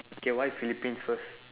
okay why philippines first